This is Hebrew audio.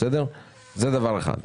זה דבר ראשון.